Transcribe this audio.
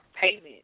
payment